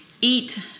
eat